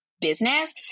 business